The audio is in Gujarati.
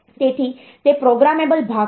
તેથી તે પ્રોગ્રામેબલ ભાગ છે